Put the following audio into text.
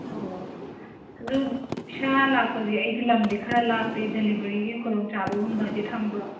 ꯑꯣ ꯑꯗꯨ ꯏꯁꯥ ꯂꯥꯛꯄꯁꯦ ꯑꯩꯗꯤ ꯂꯝꯗꯤ ꯈꯔ ꯂꯥꯞꯄꯦ ꯗꯦꯂꯤꯕꯔꯤꯒꯤ ꯈꯨꯗꯣꯡꯆꯥꯕꯒꯨꯝꯕꯗꯤ ꯊꯝꯕ꯭ꯔꯣ